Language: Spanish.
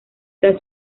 tras